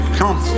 come